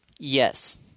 Yes